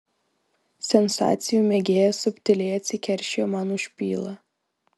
sensacijų mėgėjas subtiliai atsikeršijo man už pylą